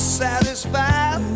satisfied